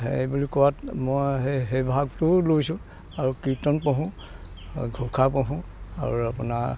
সেইবুলি কোৱাত মই সেই সেই ভাগটোও লৈছোঁ আৰু কীৰ্তন পঢ়োঁ ঘোষা পঢ়োঁ আৰু আপোনাৰ